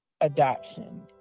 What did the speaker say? adoption